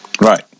Right